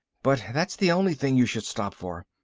but that's the only thing you should stop for.